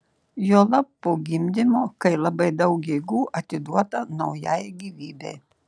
juolab po gimdymo kai labai daug jėgų atiduota naujai gyvybei